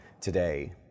today